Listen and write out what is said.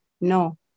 No